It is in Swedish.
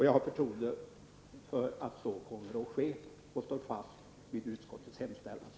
Jag har förtroende för att så kommer att ske och står fast vid utskottets hemställan.